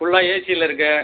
ஃபுல்லா ஏசியில் இருக்குது